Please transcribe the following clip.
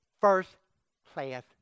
first-class